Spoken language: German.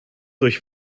durch